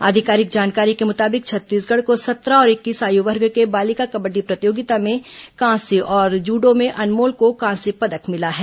आधिकारिक जानकारी के मुताबिक छत्तीसगढ़ को सत्रह और इक्कीस आयु वर्ग के बालिका कबड़डी प्रतियोगिता में कांस्य और जूडो में अनमोल को कांस्य पदक मिला है